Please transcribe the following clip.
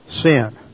sin